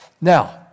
Now